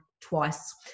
Twice